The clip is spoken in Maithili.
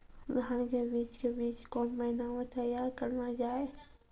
धान के बीज के बीच कौन महीना मैं तैयार करना जाए?